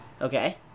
okay